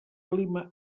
clima